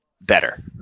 better